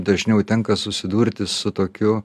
dažniau tenka susidurti su tokiu